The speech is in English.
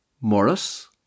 Morris